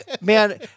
man